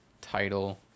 title